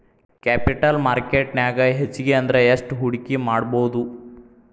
Capital market ನ್ಯಾಗ್ ಹೆಚ್ಗಿ ಅಂದ್ರ ಯೆಸ್ಟ್ ಹೂಡ್ಕಿಮಾಡ್ಬೊದು?